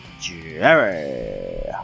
Jerry